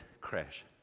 crash